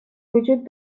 وجود